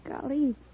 Golly